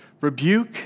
rebuke